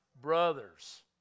Brothers